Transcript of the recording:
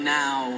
now